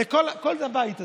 וכל הבית הזה,